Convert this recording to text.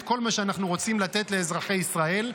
כל מה שאנחנו רוצים לתת לאזרחי ישראל,